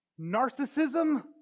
narcissism